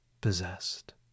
possessed